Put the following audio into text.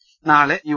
ന നാളെ യു